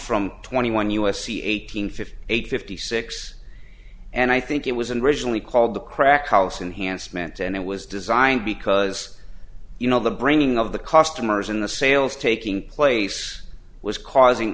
from twenty one u s c eight hundred fifty eight fifty six and i think it was and originally called the crack house enhanced meant and it was designed because you know the bringing of the costumers in the sales taking place was causing